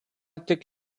tik